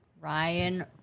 Ryan